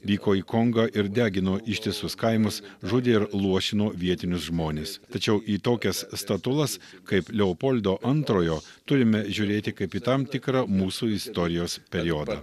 vyko į kongą ir degino ištisus kaimus žudė ir luošino vietinius žmones tačiau į tokias statulas kaip leopoldo antrojo turime žiūrėti kaip į tam tikrą mūsų istorijos periodą